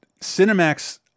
Cinemax